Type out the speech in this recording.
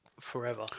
forever